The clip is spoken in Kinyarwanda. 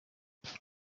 nti